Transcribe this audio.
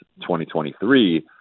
2023